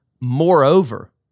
Moreover